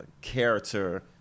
character